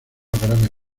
graves